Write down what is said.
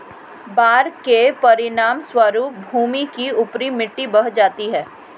बाढ़ के परिणामस्वरूप भूमि की ऊपरी मिट्टी बह जाती है